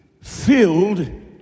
filled